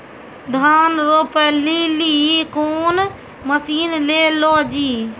धान रोपे लिली कौन मसीन ले लो जी?